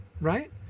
right